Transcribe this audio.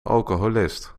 alcoholist